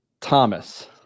Thomas